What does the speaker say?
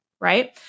right